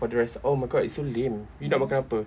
for the rest oh my god it's so lame you nak makan apa